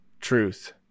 truth